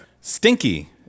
Stinky